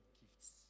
gifts